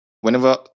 whenever